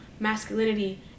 masculinity